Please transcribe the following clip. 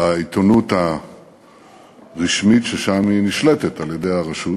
בעיתונות הרשמית, ששם היא נשלטת על-ידי הרשות,